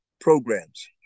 programs